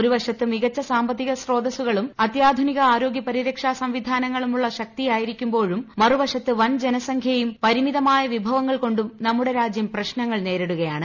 ഒരുവശത്ത് മികച്ച സാമ്പത്തിക സ്രോതസുകളും അത്യാധുനിക ആരോഗ്യ പരിരക്ഷാ സംവിധാനങ്ങളുമുള്ള ശക്തിയായിരിക്കുമ്പോഴും മറുവശത്ത് വൻ ജനസംഖ്യയും പരിമിതമായ വിഭവങ്ങൾ കൊണ്ടും നമ്മുടെ രാജ്യം പ്രശ്നങ്ങൾ നേരിടുകയാണ്